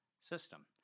system